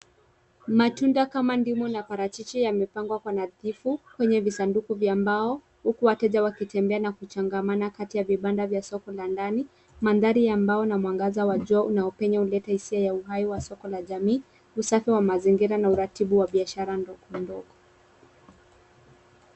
Matunda kama ndimu na parachichi yamepangwa kwa nadhifu kwenye visanduku vya mbao huku wateja wakitembea na kuchangamana kati ya vibanda vya soko la ndani. Mandhari ya mbao na mwangaza wa jua unaopenya huleta hisia ya uhai wa soko ya jamii, usafi wa mazingira na uratibu wa bishara ndogo ndogo.